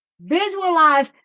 Visualize